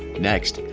next,